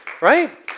right